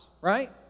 right